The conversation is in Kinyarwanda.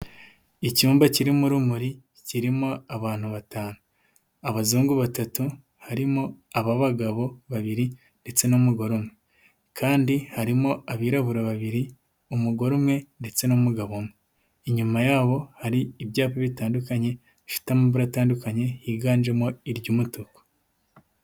Icyumba kirimo urumuri kirimo abantu batanu, abazungu batatu harimo ab'abagabo babiri ndetse n'umugore umwe kandi harimo abirabura babiri umugore umwe ndetse n'umugabo umwe, inyuma yabo hari ibyapa bitandukanye bifite amabara atandukanye higanjemo iry'umutuku.